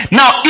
now